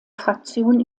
fraktion